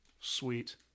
sweet